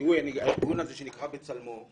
שהוא הארגון הזה שנקרא בצלמו,